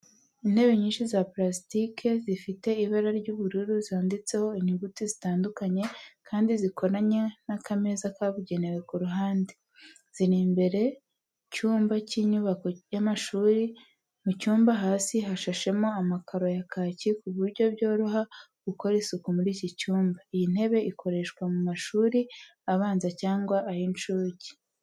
Intebe nyinshi za pulasitike zifite ibara ry'ubururu zanditseho inyuguti zitandukanye, kandi zikoranye n’akameza kabugenewe ku ruhande. Ziri imbere cyumba cy'inyubako y'amashuri. Mu cyumba hasi hashashemo amakaro ya kaki ku buryo byoroha gukora isuku muri iki cyumba. Iyi ntebe ikoreshwa mu mashuri abanza cyangwa ay'incuke.